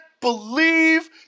believe